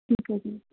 ਠੀਕ ਹੈ ਜੀ